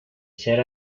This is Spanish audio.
ser